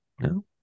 No